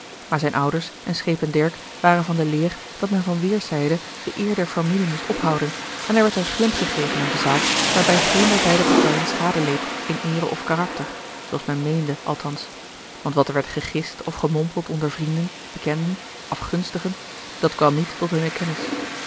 maar zijne ouders en schepen dirk waren van de leer dat men van weêrszijden de eer der familie moest ophouden en er werd een glimp gegeven aan de zaak waarbij geen der beide partijen schade leed in eere of karakter zooals men meende althans want wat er werd gegist of gemompeld onder vrienden bekenden afgunstigen dat kwam niet tot hunne kennis